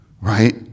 Right